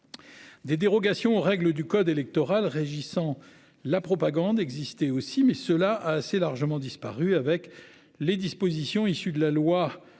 Des dérogations aux règles du code électoral régissant la propagande exister aussi, mais cela a assez largement disparu avec les dispositions issues de la loi